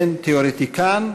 בין תיאורטיקן,